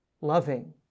loving